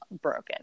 broken